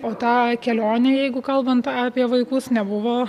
o ta kelionė jeigu kalbant apie vaikus nebuvo